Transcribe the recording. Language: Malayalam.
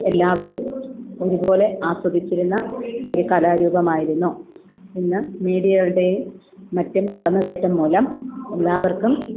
എല്ലാവരും ഒരുപോലെ ആസ്വദിച്ചിരുന്ന ഒരു കലാരൂപമായിരുന്നു ഇന്ന് മീഡിയകളുടേയും മറ്റും കടന്നുകയറ്റംമൂലം എല്ലാവർക്കും